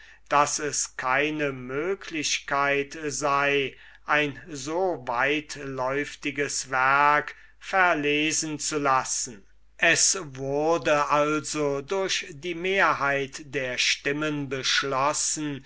daß es keine möglichkeit sei eine so weitläuftige deduction verlesen zu lassen es wurde also durch die mehrheit der stimmen beschlossen